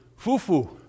fufu